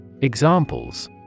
Examples